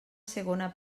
segona